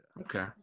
Okay